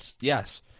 Yes